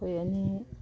ꯃꯈꯣꯏ ꯑꯅꯤ